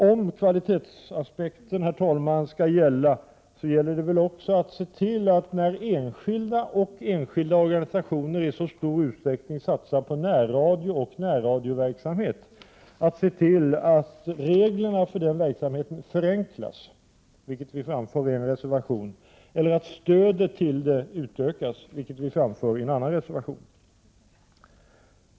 Om kvalitetsaspekterna skall gälla, herr talman, gäller det vidare att — när enskilda och enskilda organisationer i så stor utsträckning satsar på närradio och närradioverksamhet— se till att reglerna för den verksamheten förenklas, vilket vi framför i en reservation, eller att stödet till den utökas, vilket vi framför i en annan reservation.